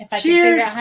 Cheers